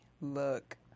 look